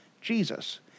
Jesus